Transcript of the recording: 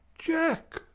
jack!